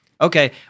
Okay